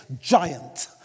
giant